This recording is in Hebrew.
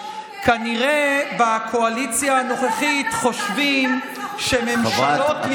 --- כנראה שבקואליציה הנוכחית חושבים שממשלות ימין בעבר